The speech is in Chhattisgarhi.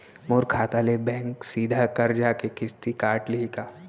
मोर खाता ले बैंक सीधा करजा के किस्ती काट लिही का?